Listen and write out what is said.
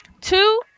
Two